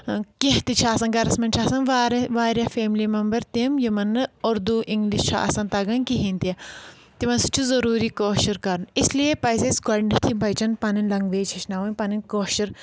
کیٚنٛہہ تہِ چھِ آسان گرس منٛز چھِ آسان واریاہ واریاہ فیملی ممبر تِم یِمن نہٕ اُردوٗ اِنٛگلِش چھُ آسان تَگان کِہیٖنٛۍ تہِ تِمن سۭتۍ چھُ ضروٗری کٲشُر کَرُن اِس لیے پزِ اَسہِ گۄڈنؠتھٕے بَچن پنٕنۍ لنٛگویج ہیٚچھناوٕنۍ پَنٕنۍ کٲشِر